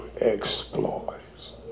exploits